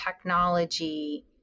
technology